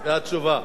והתשובה.